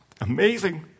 amazing